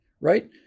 right